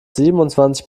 siebenundzwanzig